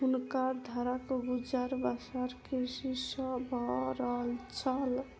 हुनकर घरक गुजर बसर कृषि सॅ भअ रहल छल